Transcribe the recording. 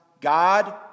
God